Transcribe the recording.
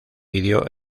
video